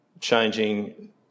changing